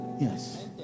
Yes